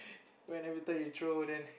when everytime you throw then